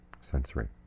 sensory